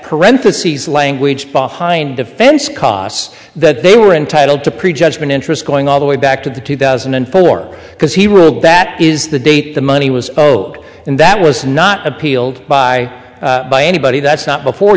parentheses language behind defense costs that they were entitled to prejudgment interest going all the way back to the two thousand and four because he ruled that is the date the money was zero and that was not appealed by by anybody that's not before